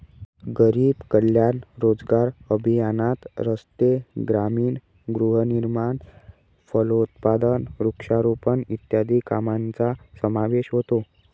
गरीब कल्याण रोजगार अभियानात रस्ते, ग्रामीण गृहनिर्माण, फलोत्पादन, वृक्षारोपण इत्यादी कामांचा समावेश होतो